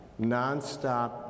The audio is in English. nonstop